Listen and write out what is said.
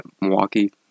Milwaukee